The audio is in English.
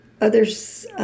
Others